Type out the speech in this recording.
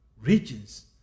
regions